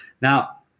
Now